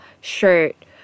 shirt